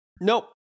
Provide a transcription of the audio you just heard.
Nope